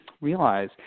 realize